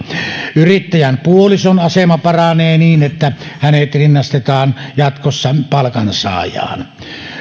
yrittäjän puolison asema paranee niin että hänet rinnastetaan jatkossa palkansaajaan